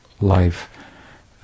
life